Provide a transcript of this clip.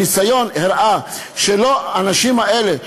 הניסיון הראה שהאנשים האלה,